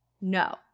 No